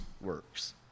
works